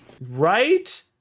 Right